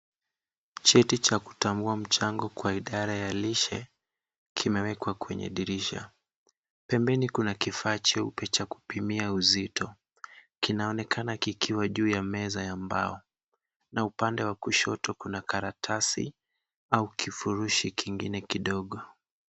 Cheti cha kutambua mchango kwa idara ya lishe kimewekwa kwenye dirisha. Pembeni kuna kifaa cheupe cha kupimia uzito. Kinaonekana kikiwa juu ya meza ya mbao na upande wa kushoto kuna karatasi au kifurushi kingine kidogo.